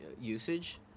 usage